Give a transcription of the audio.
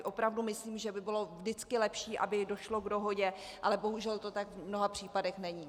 Opravdu si myslím, že by bylo vždycky lepší, aby došlo k dohodě, ale bohužel to tak v mnoha případech není.